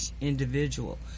individual